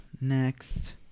Next